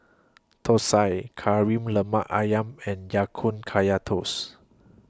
Thosai Kari Lemak Ayam and Ya Kun Kaya Toast